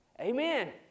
Amen